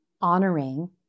honoring